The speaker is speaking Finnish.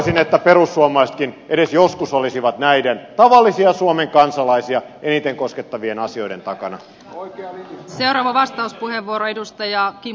toivoisin että perussuomalaisetkin edes joskus olisivat näiden tavallisia suomen kansalaisia eniten koskettavien asioiden takana voi asiaan vastauspuheenvuoro edustaja kim